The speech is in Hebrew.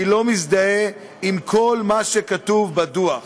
אני לא מזדהה עם כל מה שכתוב בדוח,